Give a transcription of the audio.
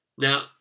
now